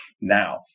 now